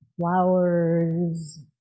flowers